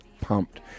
pumped